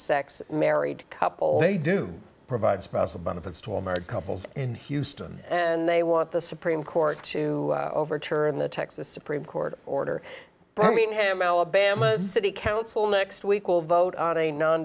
sex married couple they do provide spousal benefits to all married couples in houston and they want the supreme court to overturn the texas supreme court order birmingham alabama city council next week will vote on a non